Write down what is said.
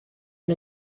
and